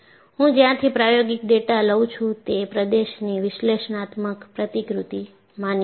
હું જ્યાંથી પ્રાયોગિક ડેટા લઉં છું તે પ્રદેશની વિશ્લેષણાત્મક પ્રતિકૃતિ માન્ય છે